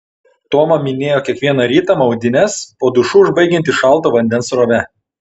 toma minėjo kiekvieną rytą maudynes po dušu užbaigianti šalto vandens srove